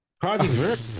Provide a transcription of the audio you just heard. Project